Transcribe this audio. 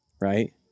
right